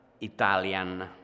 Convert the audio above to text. Italian